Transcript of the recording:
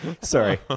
Sorry